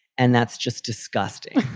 and that's just disgusting